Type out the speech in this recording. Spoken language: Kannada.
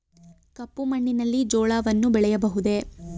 ಕಪ್ಪು ಮಣ್ಣಿನಲ್ಲಿ ಜೋಳವನ್ನು ಬೆಳೆಯಬಹುದೇ?